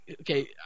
okay